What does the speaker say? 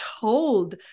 told